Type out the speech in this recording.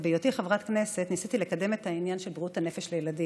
ובהיותי חברת כנסת ניסיתי לקדם את העניין של בריאות הנפש לילדים.